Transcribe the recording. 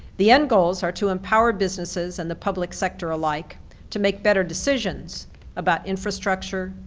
the end goals are to empower businesses and the public sector alike to make better decisions about infrastructure,